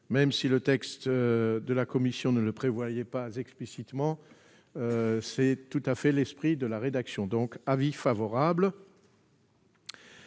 Même si le texte de la commission ne le prévoyait pas explicitement, c'est tout à fait dans l'esprit de sa rédaction. L'avis est donc favorable.